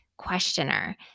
questioner